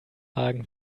hagen